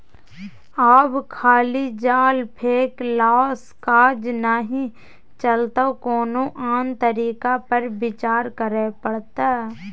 आब खाली जाल फेकलासँ काज नहि चलतौ कोनो आन तरीका पर विचार करय पड़त